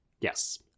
Yes